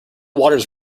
waters